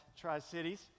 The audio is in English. Tri-Cities